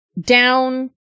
down